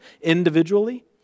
individually